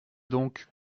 donc